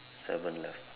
seven left